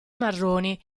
marroni